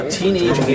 teenage